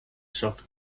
shocked